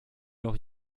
noch